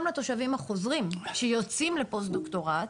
לתושבים החוזרים שיוצאים לפוסט דוקטורנט,